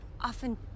often